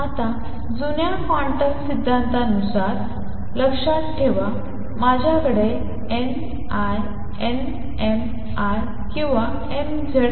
आता जुन्या क्वांटम सिद्धांतावरून लक्षात ठेवा माझ्याकडे n l n m l किंवा m z क्वांटम संख्या होती